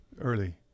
early